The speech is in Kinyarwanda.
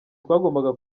twagombaga